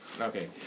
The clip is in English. Okay